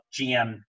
GM